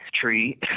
tree